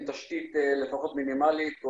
עם תשתית לפחות מינימלית,